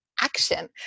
action